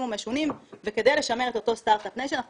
ומשונים וכדי לשמר את אותו סטרטאפ ניישן.